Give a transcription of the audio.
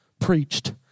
preached